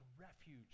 refuge